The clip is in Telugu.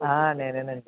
ఆ నేనేనండి